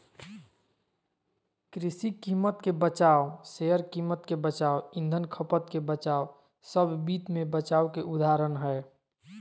कृषि कीमत के बचाव, शेयर कीमत के बचाव, ईंधन खपत के बचाव सब वित्त मे बचाव के उदाहरण हय